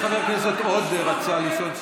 אני חושב שחבר הכנסת עודה רצה לשאול שאלה.